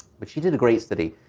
but she did a great study.